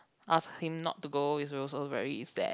ask him not to go is also very sad